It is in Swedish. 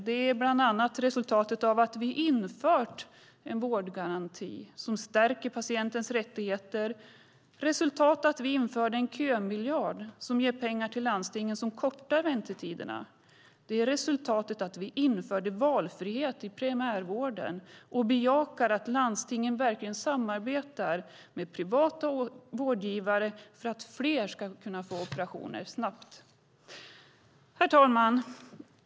Det är bland annat resultatet av att vi infört en vårdgaranti som stärker patientens rättigheter och ett resultat av att vi införde en kömiljard som ger pengar till de landsting som kortar väntetiderna. Det är resultatet av att vi införde valfrihet i primärvården och bejakar att landstingen verkligen samarbetar med privata vårdgivare för att fler ska kunna få operationer snabbt. Herr talman!